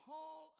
Paul